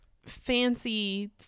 fancy